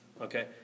Okay